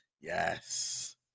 yes